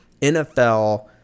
NFL